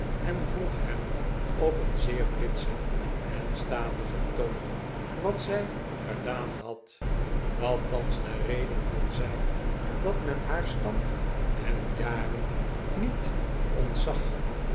en vroeg hem op een zeer bitsen en statigen tpon wat zij gedaan had dat'thans de re den kon zijn dat men haar stand en jaren niet ontzag